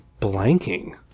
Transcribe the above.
blanking